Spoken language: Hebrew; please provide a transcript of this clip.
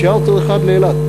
צ'רטר אחד לאילת?